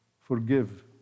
forgive